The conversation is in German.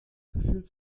fühlt